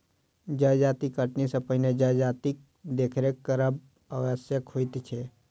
जजाति कटनी सॅ पहिने जजातिक देखरेख करब आवश्यक होइत छै